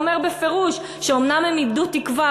אומר בפירוש שאומנם הם איבדו תקווה,